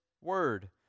word